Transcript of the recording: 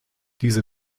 diese